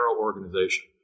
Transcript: organization